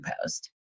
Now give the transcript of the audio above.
post